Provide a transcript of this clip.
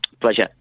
pleasure